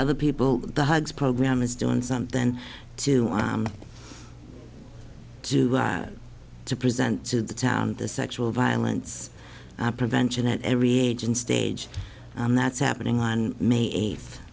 other people the hugs program is doing something to do to present to the town the sexual violence prevention at every age and stage and that's happening on may eighth